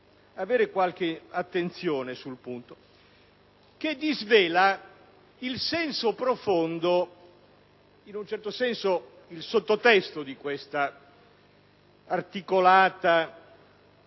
prestare attenzione sul punto – disvela il senso profondo, in un certo senso, il sottotesto di questa articolata